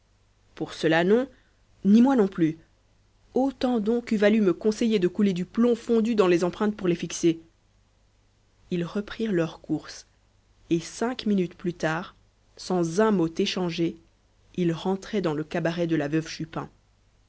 pour cela non ni moi non plus autant donc eût valu me conseiller de couler du plomb fondu dans les empreintes pour les fixer ils reprirent leur course et cinq minutes plus tard sans un mot échangé ils rentraient dans le cabaret de la veuve chupin